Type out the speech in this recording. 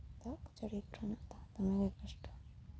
ᱫᱟᱜ ᱡᱟᱹᱲᱤ ᱠᱚᱨᱮᱱᱟᱜ ᱫᱚ ᱫᱚᱢᱮᱜᱮ ᱠᱚᱥᱴᱚ